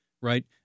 right